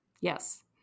Yes